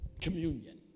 communion